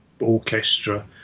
orchestra